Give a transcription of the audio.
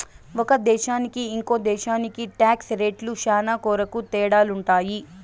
ఒక దేశానికి ఇంకో దేశానికి టాక్స్ రేట్లు శ్యానా కొరకు తేడాలుంటాయి